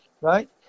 right